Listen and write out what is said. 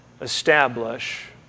establish